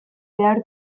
behar